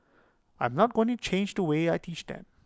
I'm not going to change the way I teach them